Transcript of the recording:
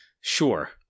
Sure